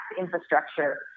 infrastructure